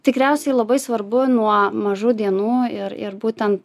tikriausiai labai svarbu nuo mažų dienų ir ir būtent